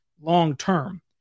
long-term